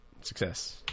Success